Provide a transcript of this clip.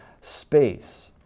space